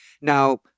Now